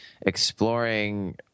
exploring